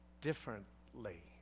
differently